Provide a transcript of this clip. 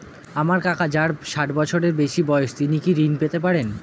আমার কাকা যার ষাঠ বছরের বেশি বয়স তিনি কি ঋন পেতে পারেন?